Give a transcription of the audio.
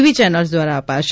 વી channels દ્વારા અપાશે